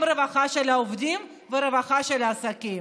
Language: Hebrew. רווחה של העובדים ורווחה של העסקים.